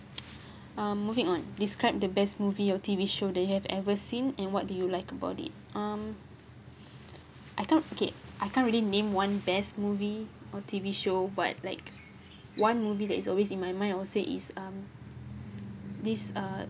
um moving on describe the best movie or T_V show that you have ever seen and what do you like about it um I can't okay I can't really name one best movie or T_V show but like one movie that is always in my mind I would say is um this uh